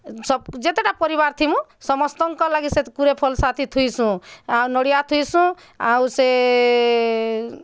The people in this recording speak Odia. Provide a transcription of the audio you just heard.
ସବ୍ ଯେତେଟା ପରିବାର୍ ଥିମୁଁ ସମସ୍ତଙ୍କ ଲାଗି ସେତ୍ କୁରେ ଫଲ୍ ସାଥେ ଥୁଇଶୁଁ ଆର୍ ନଡ଼ିଆ ଥୁଇସୁଁ ଆଉ ସେ